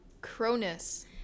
Cronus